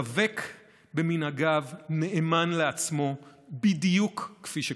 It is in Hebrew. דבק במנהגיו, נאמן לעצמו, בדיוק כפי שכתבת.